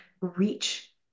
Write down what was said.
reach